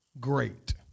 great